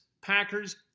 Packers